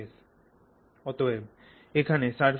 অতএব এখানে সারফেসের সব অ্যাটম গুলোই রিঅ্যাক্ট করার স্থিতিতে আছে